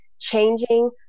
changing